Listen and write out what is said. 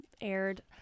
aired